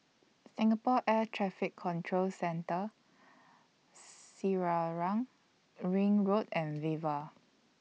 Singapore Air Traffic Control Centre Selarang Ring Road and Viva